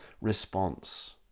response